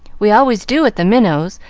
we always do at the minots',